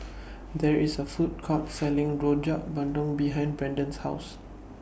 There IS A Food Court Selling Rojak Bandung behind Braden's House